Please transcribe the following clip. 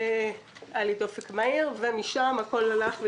היה לי דופק מהיר, ומשם הכול הלך והידרדר.